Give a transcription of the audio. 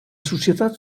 societat